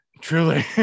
truly